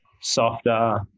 softer